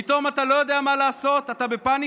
פתאום אתה לא יודע מה לעשות, אתה בפניקה?